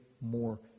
more